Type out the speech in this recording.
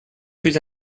plus